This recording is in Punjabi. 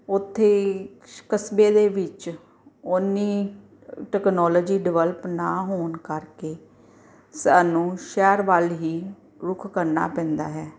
ਉੱਥੇ ਹੀ ਕਸਬੇ ਦੇ ਵਿੱਚ ਉੰਨੀ ਟੈਕਨੋਲੋਜੀ ਡਿਵੈਲਪ ਨਾ ਹੋਣ ਕਰਕੇ ਸਾਨੂੰ ਸ਼ਹਿਰ ਵੱਲ ਹੀ ਰੁੱਖ ਕਰਨਾ ਪੈਂਦਾ ਹੈ